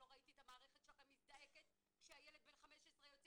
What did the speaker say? לא ראיתי את המערכת שלכם מזדעקת כשהילד בן 15 יוצא